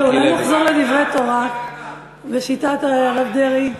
זהו, אולי נחזור לדברי תורה בשיטת הרב דרעי?